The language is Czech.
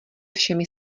všemi